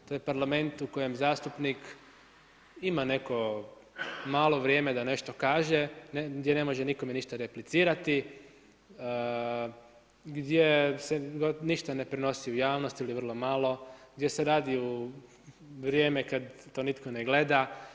To je parlament u kojem zastupnik ima neko malo vrijeme da nešto kaže gdje ne može nikome ništa replicirati, gdje se ništa ne prenosi u javnost ili vrlo malo, gdje se radi u vrijeme kada to nitko ne gleda.